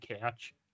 couch